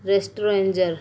re stranger